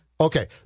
Okay